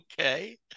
okay